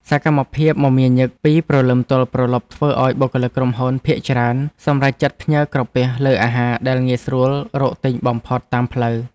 សកម្មភាពមមាញឹកពីព្រលឹមទល់ព្រលប់ធ្វើឲ្យបុគ្គលិកក្រុមហ៊ុនភាគច្រើនសម្រេចចិត្តផ្ញើក្រពះលើអាហារដែលងាយស្រួលរកទិញបំផុតតាមផ្លូវ។